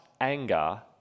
anger